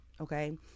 okay